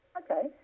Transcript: okay